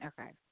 Okay